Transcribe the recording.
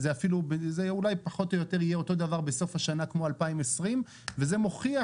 זה אולי פחות או יותר יהיה אותו דבר בסוף השנה כמו 2020 וזה מוכיח